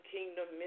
Kingdom